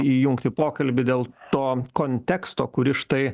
įjungt į pokalbį dėl to konteksto kuris štai